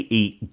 eat